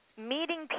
meeting